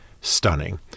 stunning